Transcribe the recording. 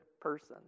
person